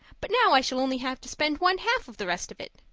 but now i shall only have to spend one-half of the rest of it.